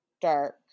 dark